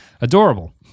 adorable